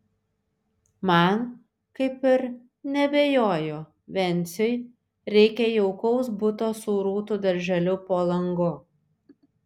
man kaip ir neabejoju venciui reikia jaukaus buto su rūtų darželiu po langu